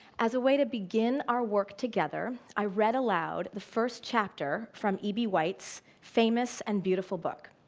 as a way to begin our work together, i read aloud the first chapter from e. b. white's famous and beautiful book.